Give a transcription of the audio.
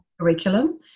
curriculum